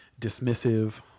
dismissive